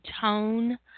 tone